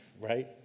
right